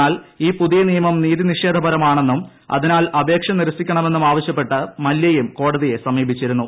എന്നാൽ ഈ പുതിയ നിയമം നീതിനിഷേധപരമാണെന്നും അതിനാൽ അപേക്ഷ നിരസിക്കണമെന്നും ആവശ്യപ്പെട്ട് മല്യയും കോടതിയെ സമീപിച്ചിരുന്നു